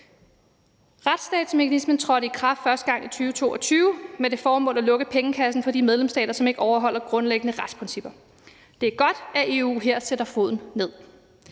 Retsstatsmekanismen trådte i kraft første gang i 2022 med det formål at lukke pengekassen for de medlemsstater, som ikke overholder grundlæggende retsprincipper. Det er godt, at EU her sætter foden ned.